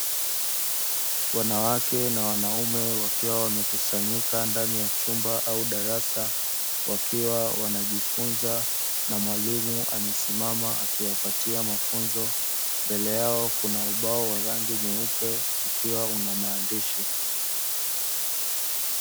Wanawake na wanaume wakiwa wamekusanyika ndani ya chumba au darasa, wakiwa wanajifunza na mwalimu amesimama akiwapatia mafunzo; mbele yao kuna ubao wa rangi nyeupe ukiwa una maandishi.